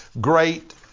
great